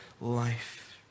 life